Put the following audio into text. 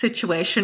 situation